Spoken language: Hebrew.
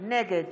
נגד